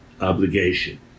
obligation